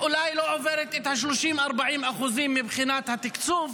אולי לא עובר את ה-30% 40% מבחינת התקצוב,